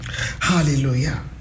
Hallelujah